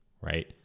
right